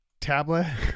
tablet